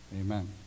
amen